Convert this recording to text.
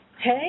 Hey